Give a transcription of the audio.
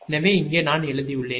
எனவே இங்கே நான் எழுதியுள்ளேன்